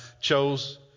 chose